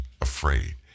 afraid